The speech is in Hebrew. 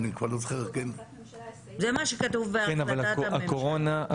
זה מה שכתוב בהחלטת הממשלה.